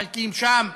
מחלקים שם,